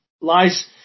lies